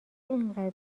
اینقدر